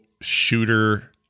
shooter